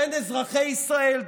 בין אזרחי ישראל,